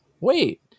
wait